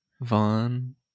Vaughn